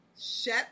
Shut